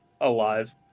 alive